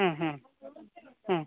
ಹ್ಞ್ ಹ್ಞ್ ಹಾಂ